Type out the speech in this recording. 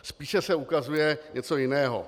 Spíše se ukazuje něco jiného.